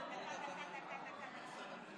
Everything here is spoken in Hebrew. (תיעוד חזותי של השימוש במכת"זית),